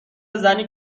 زنی